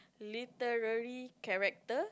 literary character